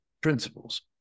principles